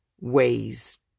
ways